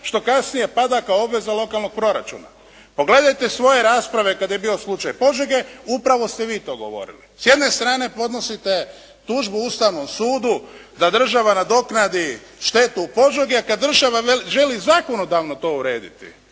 što kasnije pada kao obveza lokalnog proračuna. Pogledajte svoje rasprave kada je bio slučaj Požege, upravo ste vi to govorili. S jedne strane podnosite tužbu Ustavnom sudu da država nadoknadi štetu u Požegi a kad država želi zakonodavno to urediti